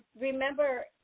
remember